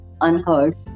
unheard